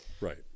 right